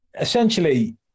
essentially